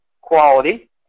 quality